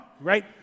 right